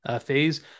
phase